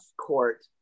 court